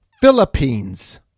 Philippines